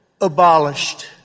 abolished